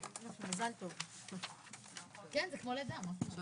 הישיבה ננעלה בשעה 10:30.